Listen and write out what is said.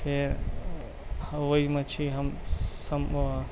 پھر وہی مچھلی ہم سم